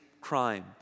crime